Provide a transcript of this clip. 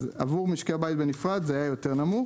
אז עבור משקי בית בנפרד זה היה יותר נמוך.